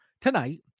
tonight